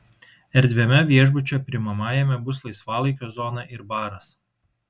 erdviame viešbučio priimamajame bus laisvalaikio zona ir baras